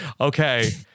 Okay